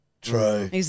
True